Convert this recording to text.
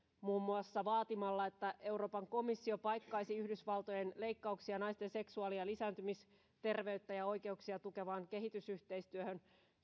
muun muassa vaatimalla että euroopan komissio paikkaisi yhdysvaltojen leikkauksia naisten seksuaali ja lisääntymisterveyttä ja oikeuksia tukevaan kehitysyhteistyöhön